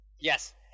Yes